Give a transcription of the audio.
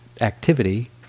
activity